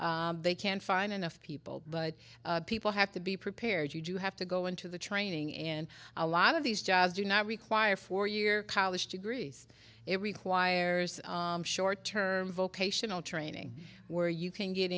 where they can find enough people but people have to be prepared you have to go into the training in a lot of these jobs do not require four year college degrees it requires short term vocational training where you can get